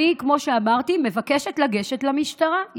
אני, כמו שאמרתי, מבקשת לגשת למשטרה.